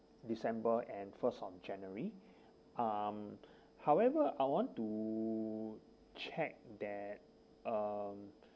december and first of january um however I want to check that um